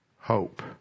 hope